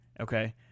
Okay